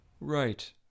Right